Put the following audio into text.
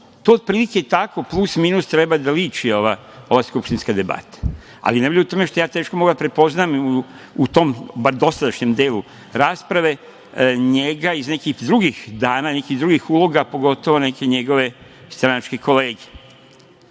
otprilike tako, plus-minus, treba da liči ova skupštinska debata. Ali, nevolja je u tome što ja teško mogu da prepoznam u tom, bar dosadašnjem delu rasprave, njega iz nekih drugih dana, nekih drugih uloga, pogotovo neke njegove stranačke kolege. Dakle,